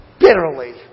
bitterly